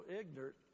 ignorant